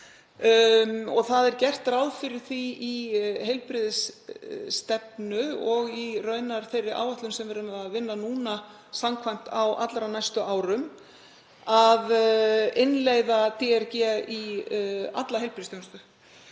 núna. Gert er ráð fyrir því í heilbrigðisstefnu, og í raun í þeirri áætlun sem við erum að vinna samkvæmt, á allra næstu árum að innleiða DRG í alla heilbrigðisþjónustu